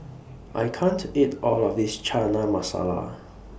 I can't eat All of This Chana Masala